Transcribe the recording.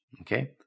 Okay